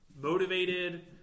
motivated